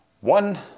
one